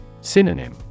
Synonym